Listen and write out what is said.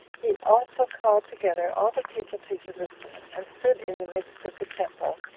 he also called together all the people to jerusalem, and stood in the midst of the temple,